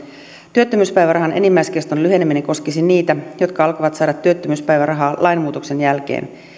työttömyyspäivärahan enimmäiskeston lyheneminen koskisi niitä jotka alkavat saada työttömyyspäivärahaa lainmuutoksen jälkeen